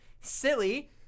Silly